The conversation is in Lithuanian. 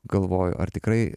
galvoju ar tikrai